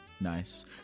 Nice